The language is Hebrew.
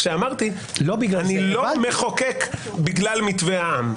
כשאמרתי שאני לא מחוקק בגלל מתווה העם.